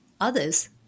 others